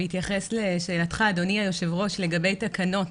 בהתייחס לשאלתך אדוני היו"ר לגבי תקנות